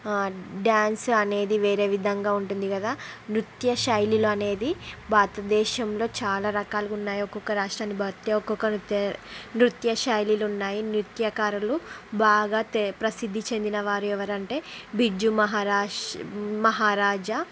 dance అనేది వేరే విధంగా ఉంటుంది కదా నృత్య శైలులు అనేది భారతదేశంలో చాలా రకాలుగా ఉన్నాయి ఒక్కొక్క రాష్ట్రాన్ని బట్టి ఒక్కొక్క నృత్య నృత్య శైలులు ఉన్నాయి నృత్యకారులు బాగా తె ప్రసిద్ధి చెందిన వారు ఎవరు అంటే బిజ్జు మహారాష్ మహారాజా